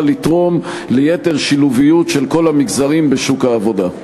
לתרום ליתר שילוב של כל המגזרים בשוק העבודה.